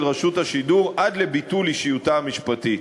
רשות השידור עד לביטול אישיותה המשפטית.